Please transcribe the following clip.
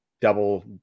double